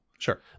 Sure